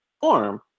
form